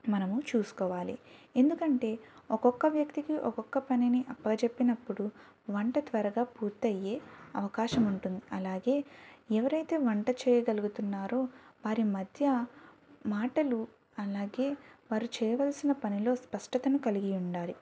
మనము చూసుకోవాలి ఎందుకంటే ఒక్కొక్క వ్యక్తికి ఒక్కొక్క పనిని అప్పచెప్పినప్పుడు వంట త్వరగా పూర్తయ్యే అవకాశం ఉంటుంది అలాగే ఎవరైతే వంట చేయగలుగుతున్నారో వారి మధ్య మాటలు అలాగే వారు చేయవలసిన పనిలో స్పష్టతను కలిగి ఉండాలి